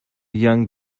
young